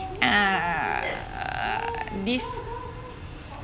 uh this